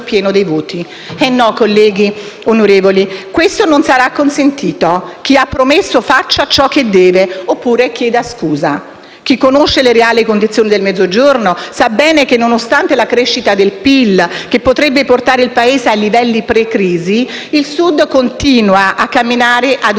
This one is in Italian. pieno di voti. Eh no, onorevoli colleghi, questo non sarà consentito: chi ha promesso faccia ciò che deve, oppure chieda scusa. Chi conosce le reali condizioni del Mezzogiorno sa bene che, nonostante la crescita del PIL, che potrebbe portare il Paese a livelli pre-crisi, il Sud continua a camminare a